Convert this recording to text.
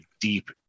deep